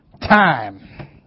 time